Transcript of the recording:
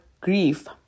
grief